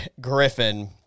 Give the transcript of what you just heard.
Griffin